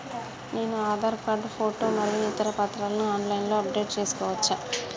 నేను Aadhaar card photo మరియు ఇతర పత్రాలను ఆన్ లైన్ అప్ డెట్ చేసుకోవచ్చా?